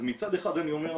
אז מצד אחד אני אומר,